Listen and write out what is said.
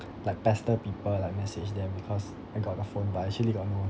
like pester people like message them because I got a phone but actually got no one